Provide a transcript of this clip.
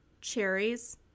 Cherries